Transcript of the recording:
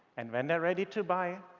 and when they're ready to buy,